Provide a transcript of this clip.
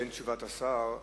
אין תשובת שר.